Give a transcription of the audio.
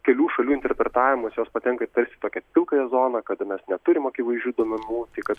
kelių šalių interpretavimas jos patenka į tarsi tokią pilkąją zoną kada mes neturim akivaizdžių duomenų kad